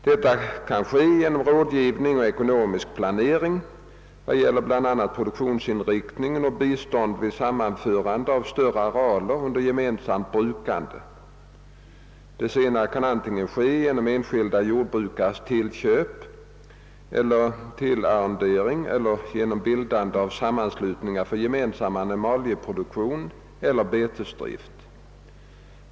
Detta kan ske genom rådgivning och ekonomisk planering vad gäller bl.a. produktionsinriktningen och bistånd vid sammanförande av större arealer under gemensamt brukande. Det senare kan ske antingen genom enskilda brukares tillköp eller tillarrendering eller genom bildande av sammanslutningar för gemensam animalieproduktion eller betesdrift.